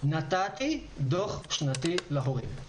נתתי דוח שנתי להורים.